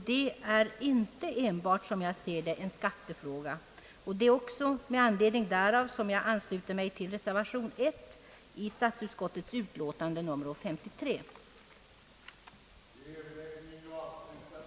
Det är, som jag ser det, inte enbart en skattefråga. Det är också med anledning därav som jag ansluter mig till reservation 1 i statsutskottets utlåtande nr 353. u-hjälpens utbyggnadstakt och den tidpunkt för 1 procent-målets förverkligande som inginge i dessa planer.